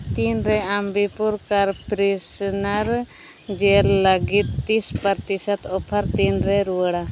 ᱛᱤᱱᱨᱮ Ambi Pur car freshener gel ᱞᱟᱹᱜᱤᱫ ᱛᱤᱥ ᱯᱟᱨᱛᱤᱥᱳᱫᱷ ᱚᱯᱷᱟᱨ ᱛᱤᱱᱨᱮ ᱨᱩᱣᱟᱹᱲᱟ